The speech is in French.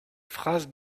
phrases